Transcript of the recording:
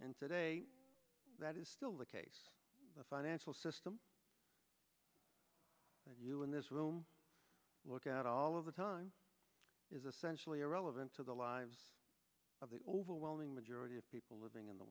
and today that is still the case the financial system that you in this room look at all of the time is essentially irrelevant to the lives of the overwhelming majority of people living in the